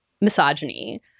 misogyny